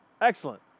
Excellent